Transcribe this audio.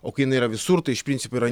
o kai jinai yra visur tai iš principo yra